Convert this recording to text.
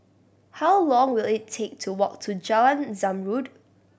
how long will it take to walk to Jalan Zamrud